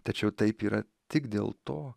tačiau taip yra tik dėl to